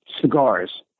cigars